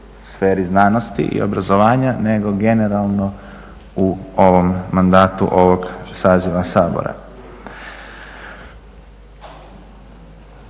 sferi znanosti i obrazovanja nego generalno u ovom mandatu ovog saziva Sabora.